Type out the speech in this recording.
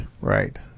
right